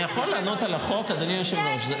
אני יכול לענות החוק, אדוני היושב-ראש?